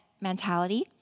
mentality